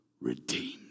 redeemed